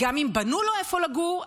וגם אם בנו לו איפה לגור,